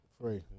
Free